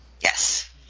Yes